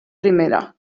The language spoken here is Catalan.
primera